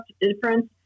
difference